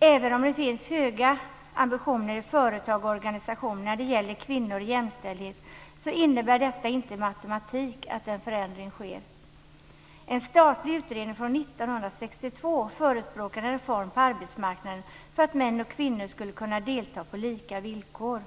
Även om det finns höga ambitioner i företag och organisationer när det gäller kvinnor och jämställdhet innebär detta inte med automatik att en förändring sker. En statlig utredning från 1962 förespråkade en reform på arbetsmarknaden för att män och kvinnor skulle kunna delta på lika villkor.